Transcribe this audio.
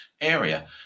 area